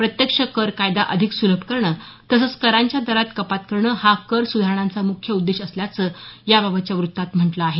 प्रत्यक्ष कर कायदा अधिक सुलभ करणं तसंच करांच्या दरात कपात करणं हा कर सुधारणांचा मुख्य उद्देश असल्याचं याबाबतच्या वृत्तात म्हटलं आहे